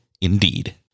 Indeed